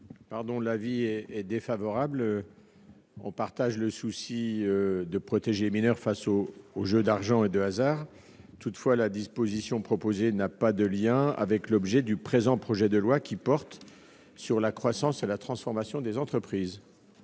partageons le souci du Gouvernement de protéger les mineurs face aux jeux d'argent et de hasard. Toutefois, la disposition proposée n'a pas de lien avec le présent projet de loi, qui porte sur la croissance et la transformation des entreprises.